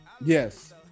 Yes